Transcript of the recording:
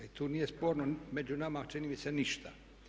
I tu nije sporno među nama čini mi se ništa.